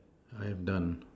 I have done